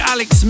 Alex